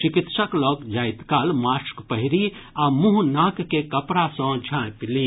चिकित्सक लग जाइत काल मास्क पहिरी आ मुंह नाक के कपड़ा सँ झांपि ली